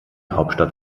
hauptstadt